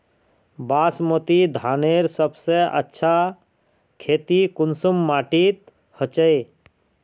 बासमती धानेर सबसे अच्छा खेती कुंसम माटी होचए?